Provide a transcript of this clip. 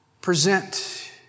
present